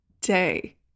day